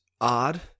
odd